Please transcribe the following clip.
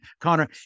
Connor